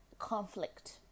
Conflict